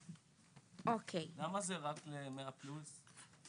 למה זה רק ל-100 פלוס?